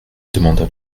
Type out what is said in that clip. demanda